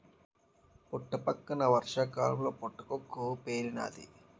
పుట్టపక్కన వర్షాకాలంలో పుటకక్కు పేలుతాది